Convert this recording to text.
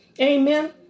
Amen